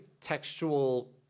textual